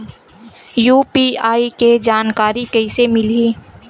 UPI के जानकारी कइसे मिलही?